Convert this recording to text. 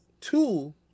two